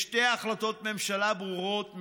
יש שתי החלטות ממשלה ברורות,